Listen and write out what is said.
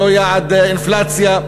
לא יעד אינפלציה.